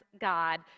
God